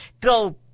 go